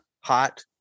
Hot